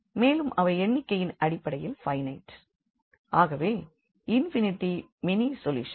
மேலும் அவை எண்ணிக்கையின் அடிப்படையில் பைனைட் ஆகவே இன்ஃபினிட்லி மெனி சொல்யூசன்ஸ்